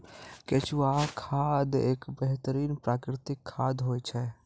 केंचुआ खाद एक बेहतरीन प्राकृतिक खाद होय छै